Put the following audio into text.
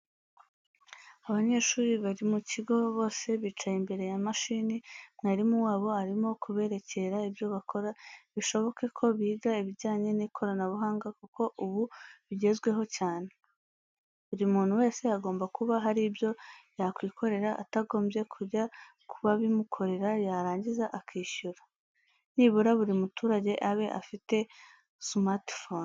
Abanyeshuri bari ku kigo, bose bicaye imbere ya mashini, mwarimu wabo arimo kuberekera ibyo bakora, bishoboke ko biga ibijyanye n'ikoranabuhanga kuko ubu bigezweho cyane. Buri muntu wese agomba kuba hari ibyo ya kwikorera atagombye kujya kubabimukorera yarangiza akishyura. Nibura buri muturage abe afite sumatifoni.